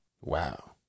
Wow